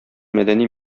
мәдәни